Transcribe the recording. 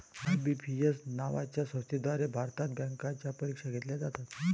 IBPS नावाच्या संस्थेद्वारे भारतात बँकांच्या परीक्षा घेतल्या जातात